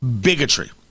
bigotry